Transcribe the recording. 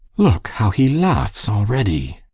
look, how he laughs already!